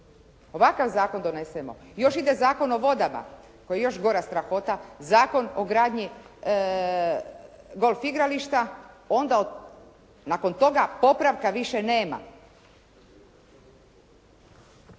ovakav zakon donesemo, još ide Zakon o vodama koji je još gora strahota, Zakon o gradnji golf igrališta, onda nakon toga popravka više nema.